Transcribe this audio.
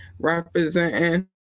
representing